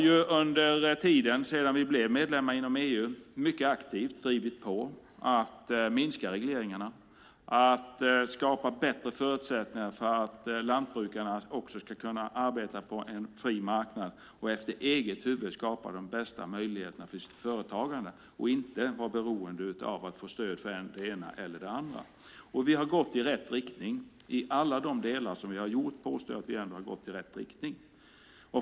Vi har sedan vi blev medlemmar i EU mycket aktivt drivit på för att minska regleringarna och skapa bättre förutsättningar för att lantbrukarna ska kunna arbeta på en fri marknad och efter eget huvud skapa de bästa möjligheterna till företagande utan att vara beroende av stöd för än det ena, än det andra. Vi har gått i rätt riktning. I alla de delar vi har gjort påstår jag att vi har gått i rätt riktning.